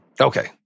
Okay